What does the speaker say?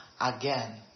again